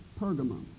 Pergamum